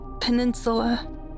peninsula